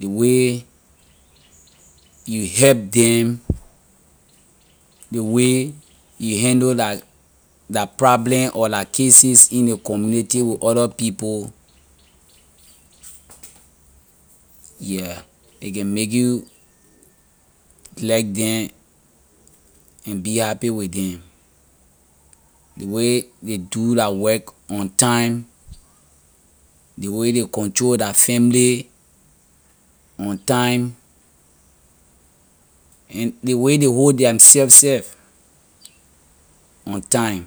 ley way you help them ley way you handle la la problem or la cases in ley community with other people yeah a can make you like them and be happy with them ley way ley do la work on time ley way ley control la family on time and ley way they hold theirself seh on time.